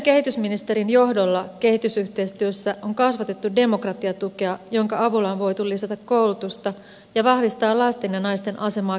vihreän kehitysministerin johdolla kehitysyhteistyössä on kasvatettu demokratiatukea jonka avulla on voitu lisätä koulutusta ja vahvistaa lasten ja naisten asemaa kehitysmaissa